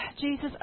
Jesus